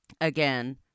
Again